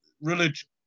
religion